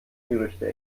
gerüchte